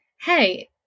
hey